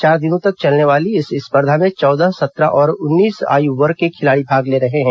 चार दिनों तक चलने वाले इस स्पर्धा में चौदह सत्रह और उन्नीस आय वर्ग के खिलाड़ी भाग ले रहे हैं